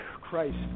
Christ